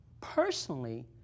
Personally